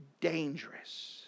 dangerous